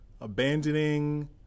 Abandoning